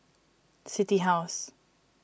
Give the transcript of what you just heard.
City House